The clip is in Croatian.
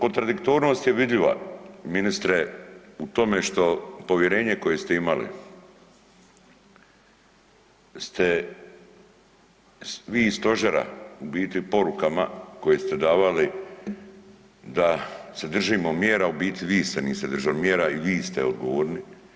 Od, kontradiktornost je vidljiva ministre u tome što povjerenje koje ste imali ste vi iz stožera u biti porukama koje ste davali da se držimo mjera, a u biti vi se niste držali mjera i vi ste odgovorni.